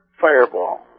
Fireball